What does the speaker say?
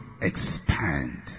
expand